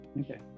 okay